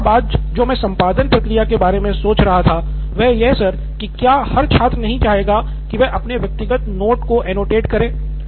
एक और बात जो मैं संपादन प्रक्रिया के बारे में सोच रहा था वह यह सर की क्या हर छात्र नहीं चाहेगा की वह अपने व्यक्तिगत नोट को एनोटेट करे